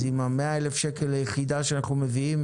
אז עם ה-100,000 שקל ליחידה שאנחנו מביאים